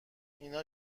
اینا